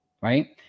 Right